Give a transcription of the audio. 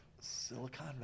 Silicon